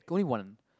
going one